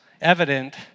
evident